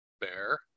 Bear